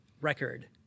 record